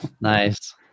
Nice